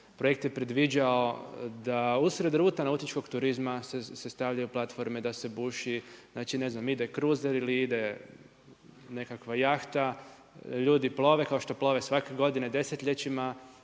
Projekt je predviđao da usred ruta nautičkog turizma se stavljaju platforme, da se buši, ne znam ide kruzer ili ide nekakva jahta, ljudi plove kao što plove svake godine desetljećima